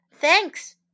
Thanks